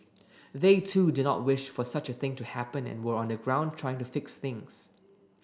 they too do not wish for such a thing to happen and were on the ground trying to fix things